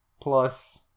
plus